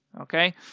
okay